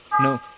no